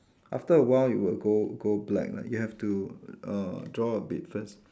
after a while it will go go black lah you have to uh draw a bit first